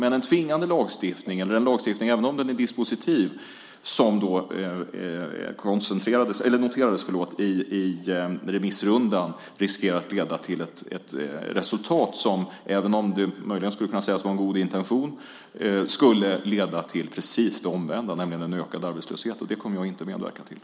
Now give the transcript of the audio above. En tvingande eller dispositiv lagstiftning skulle möjligen kunna sägas vara en god intention. Men detta riskerar, som noterades i remissrundan, att leda till det precis omvända, nämligen en ökad arbetslöshet. Det kommer vi inte att medverka till.